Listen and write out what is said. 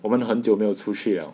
我们很久没有出去 liao